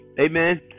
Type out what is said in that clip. Amen